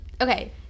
Okay